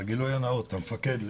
לגילוי הנאות, המפקד לייזר,